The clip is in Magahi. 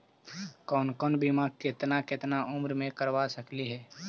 कौन कौन बिमा केतना केतना उम्र मे करबा सकली हे?